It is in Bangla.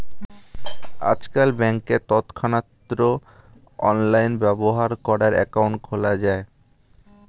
আজকাল ব্যাংকে তৎক্ষণাৎ অনলাইনে ব্যবহার করার অ্যাকাউন্ট খোলা যায়